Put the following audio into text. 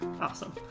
Awesome